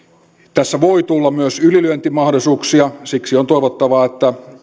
tässä voi tulla myös ylilyöntimahdollisuuksia siksi on toivottavaa